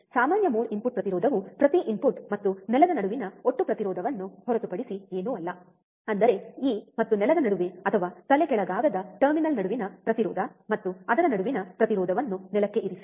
ಸಾಮಾನ್ಯ mode input ಪ್ರತಿರೋಧವು ಪ್ರತಿ ಇನ್ಪುಟ್ ಮತ್ತು ಗ್ರೌಂಡ್ ನ ನಡುವಿನ ಒಟ್ಟು ಪ್ರತಿರೋಧವನ್ನು ಹೊರತುಪಡಿಸಿ ಏನೂ ಅಲ್ಲ ಅಂದರೆ ಈ ಮತ್ತು ಗ್ರೌಂಡ್ ನ ನಡುವೆ ಅಥವಾ ತಲೆಕೆಳಗಾಗದ ಟರ್ಮಿನಲ್ ನಡುವಿನ ಪ್ರತಿರೋಧ ಮತ್ತು ಅದರ ನಡುವಿನ ಪ್ರತಿರೋಧವನ್ನು ಗ್ರೌಂಡ್ ಗೆ ಇರಿಸಿ